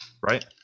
Right